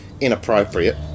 inappropriate